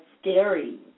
scary